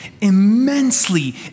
immensely